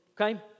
okay